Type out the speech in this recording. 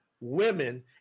women